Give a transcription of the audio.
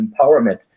empowerment